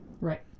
Right